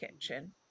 kitchen